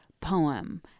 poem